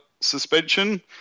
suspension